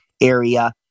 area